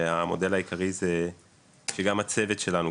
המודל העיקרי הוא שגם הצוות שלנו,